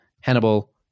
Hannibal